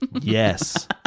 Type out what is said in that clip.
Yes